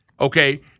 Okay